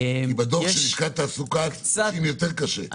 כי בדוח של לשכת התעסוקה לנשים יותר קשה.